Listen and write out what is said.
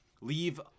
leave